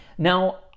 Now